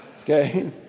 okay